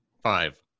Five